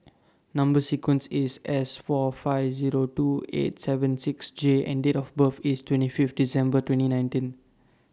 Number sequence IS S four five Zero two eight seven six J and Date of birth IS twenty Fifth December twenty nineteen